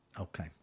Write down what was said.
okay